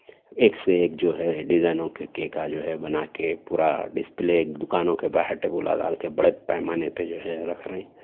ایک سے ایک جو ہے ڈیزائنوں کے کیکاں جو ہے بنا کے پورا ڈسپلے دوکانوں کے باہر ٹیبلاں ڈال کے بڑے پیمانے پہ جو ہے رکھ رہے ہیں